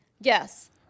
Yes